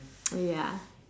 ya